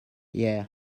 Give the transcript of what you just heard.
yeah